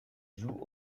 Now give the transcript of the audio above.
joue